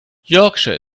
yorkshire